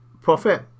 profit